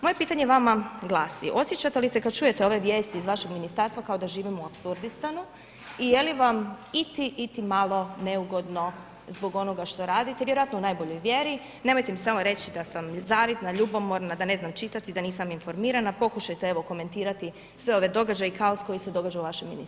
Moje pitanje vama glasi, osjećate li se kada čujete ove vijesti iz vašeg ministarstva kao da živimo u apsurdistanu i je li vam iti malo neugodno, zbog onoga što radite, vjerojatno u najboljoj mjeri, nemojte nam samo reći da sam nezavidna, ljubomorna, da ne znam čitati, da nisam informirana, pokušajte, evo komentirati sve ove događaje i kaos koje se događa u vašem ministarstvu.